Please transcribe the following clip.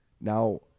Now